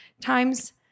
times